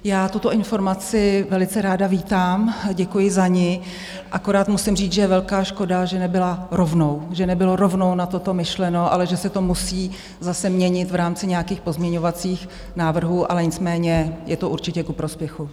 Já tuto informaci velice ráda vítám, děkuji za ni, akorát musím říct, že je velká škoda, že nebylo rovnou na toto myšleno, ale že se to musí zase měnit v rámci nějakých pozměňovacích návrhů, ale nicméně je to určitě ku prospěchu.